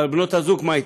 אבל בנות הזוג, מה אתן?